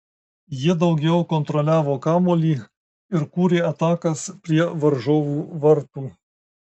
jie daugiau kontroliavo kamuolį ir kūrė atakas prie varžovų vartų